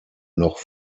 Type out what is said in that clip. noch